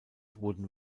wurden